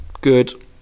good